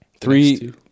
three